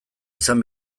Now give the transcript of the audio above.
izan